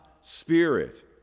Spirit